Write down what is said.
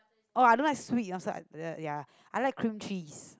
oh I don't like sweet i'm sor~ ya I like cream cheese